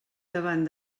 davant